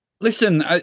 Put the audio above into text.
Listen